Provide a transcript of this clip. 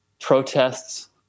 protests